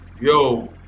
Yo